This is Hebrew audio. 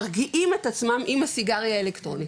מרגיעים את עצמם עם הסיגריה האלקטרונית,